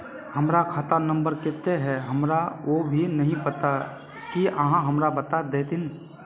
हमर खाता नम्बर केते है हमरा वो भी नहीं पता की आहाँ हमरा बता देतहिन?